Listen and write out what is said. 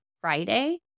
Friday